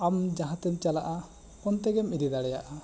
ᱟᱢ ᱡᱟᱦᱟᱸ ᱛᱮᱢ ᱪᱟᱞᱟᱜᱼᱟ ᱚᱱᱛᱮᱜᱮᱢ ᱤᱫᱤ ᱫᱟᱲᱮᱭᱟᱜᱼᱟ